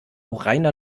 reiner